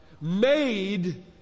made